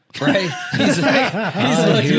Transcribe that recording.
right